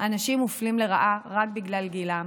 אנשים מופלים לרעה רק בגלל גילם.